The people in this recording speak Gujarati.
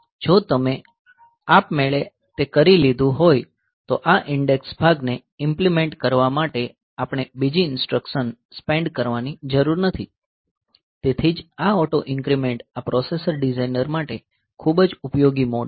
જો તમે આપમેળે તે કરી લીધું હોય તો આ ઇન્ડેક્સ ભાગને ઈમ્પલીમેંટ કરવા માટે આપણે બીજી ઈન્સ્ટ્રકશન સ્પેન્ડ કરવાની જરૂર નથી તેથી જ આ ઓટો ઇન્ક્રીમેન્ટ આ પ્રોસેસર ડિઝાઇનર માટે ખૂબ જ ઉપયોગી મોડ છે